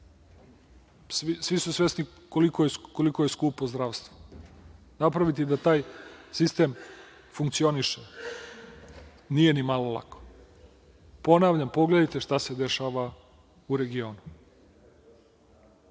svi su svesni koliko je skupo zdravstvo, napraviti da taj sistem funkcioniše, to nije ni malo lako. Ponavljam, pogledajte šta se dešava u regionu.